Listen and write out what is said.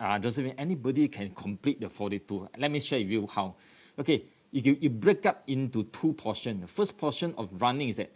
uh josephine anybody can complete the forty two let me share with you how okay if you you break up into two portion ah first portion of running is that